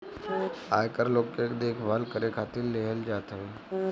आयकर लोग के देखभाल करे खातिर लेहल जात हवे